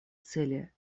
цели